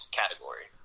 category